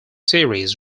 series